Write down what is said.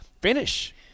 finish